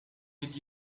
did